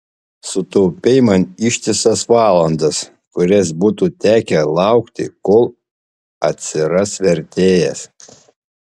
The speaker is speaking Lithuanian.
sutaupei man ištisas valandas kurias būtų tekę laukti kol atsiras vertėjas